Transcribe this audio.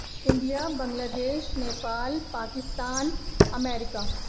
India Bangladesh Nepal Pakistan America